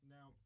Now